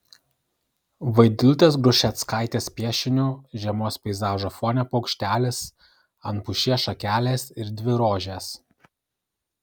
vaidilutės grušeckaitės piešiniu žiemos peizažo fone paukštelis ant pušies šakelės ir dvi rožės